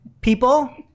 people